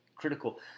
Critical